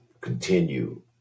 continue